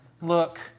look